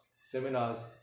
seminars